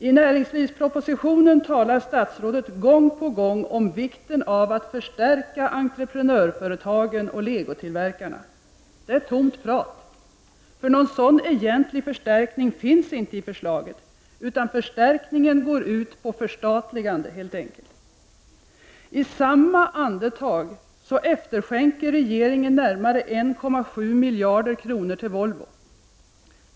I näringslivspropositionen talar statsrådet gång på gång om vikten av att förstärka entreprenörsföretagen och legotillverkarna. Det är tomt prat, för någon sådan egentlig förstärkning finns inte i förslaget, utan förstärkningen går ut på förstatligande helt enkelt. I samma andetag efterskänker regeringen närmare 1,7 miljarder kronor till Volvo.